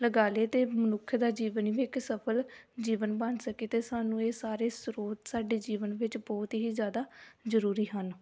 ਲਗਾ ਲਵੇ ਅਤੇ ਮਨੁੱਖ ਦਾ ਜੀਵਨ ਵੀ ਇੱਕ ਸਫ਼ਲ ਜੀਵਨ ਬਣ ਸਕੇ ਅਤੇ ਸਾਨੂੰ ਇਹ ਸਾਰੇ ਸਰੋਤ ਸਾਡੇ ਜੀਵਨ ਵਿੱਚ ਬਹੁਤ ਹੀ ਜ਼ਿਆਦਾ ਜ਼ਰੂਰੀ ਹਨ